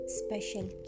special